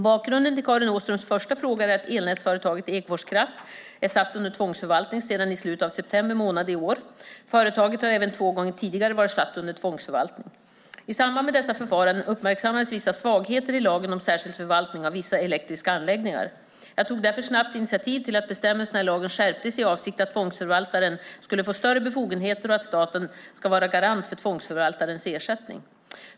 Bakgrunden till Karin Åströms första fråga är att elnätsföretaget Ekfors Kraft är satt under tvångsförvaltning sedan i slutet av september månad i år. Företaget har även två gånger tidigare varit satt under tvångsförvaltning. I samband med dessa förfaranden uppmärksammades vissa svagheter i lagen om särskild förvaltning av vissa elektriska anläggningar. Jag tog därför snabbt initiativ till att bestämmelserna i lagen skärptes i avsikt att tvångsförvaltaren skulle få större befogenheter och att staten ska vara garant för tvångsförvaltarens ersättning.